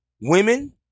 women